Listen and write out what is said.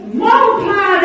multiply